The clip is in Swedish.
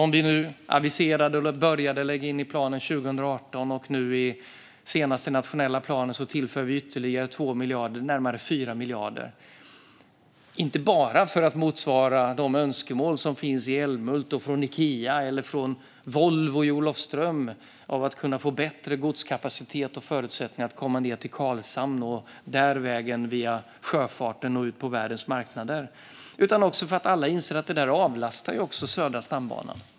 Den aviserade vi och började lägga in i planen 2018, och nu i den senaste nationella planen tillför vi ytterligare 2 miljarder. Det blir närmare 4 miljarder. Vi gör det inte bara för att motsvara de önskemål som finns från Ikea i Älmhult eller från Volvo i Olofström om bättre godskapacitet och förutsättningar att komma ned till Karlshamn och där via sjöfarten ut på världens marknader, utan vi gör det också för att alla inser att det även avlastar Södra stambanan.